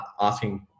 asking